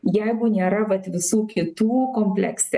jeigu nėra vat visų kitų komplekse